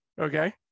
Okay